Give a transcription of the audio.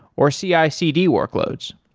or cicd workloads